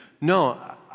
No